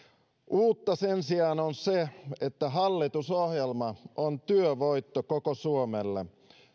uutta sen sijaan on se että hallitusohjelma on työvoitto koko suomelle